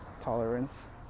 tolerance